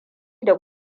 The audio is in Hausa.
da